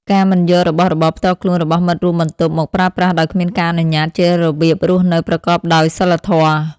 ការមិនយករបស់របរផ្ទាល់ខ្លួនរបស់មិត្តរួមបន្ទប់មកប្រើប្រាស់ដោយគ្មានការអនុញ្ញាតជារបៀបរស់នៅប្រកបដោយសីលធម៌។